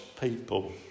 people